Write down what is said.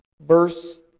verse